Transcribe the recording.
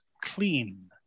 Clean